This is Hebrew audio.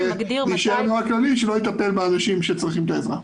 יישאר רק נוהל כללי שלא יטפל באנשים שצריכים את העזרה.